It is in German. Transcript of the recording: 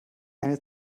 eine